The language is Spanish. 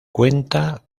cuenta